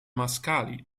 mascali